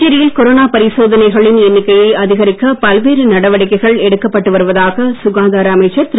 புதுச்சேரியில் கொரோனா பரிசோதனைகளின் எண்ணிக்கையை அதிகரிக்க பல்வேறு நடவடிக்கைகள் எடுக்கப்பட்டு வருவதாக சுகாதார அமைச்சர் திரு